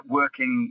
working